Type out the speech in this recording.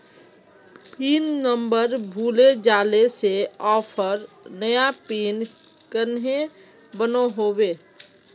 Pin number भूले जाले से ऑफर नया पिन कन्हे बनो होबे?